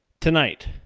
Tonight